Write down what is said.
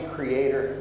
Creator